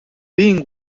being